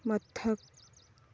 ꯃꯊꯛ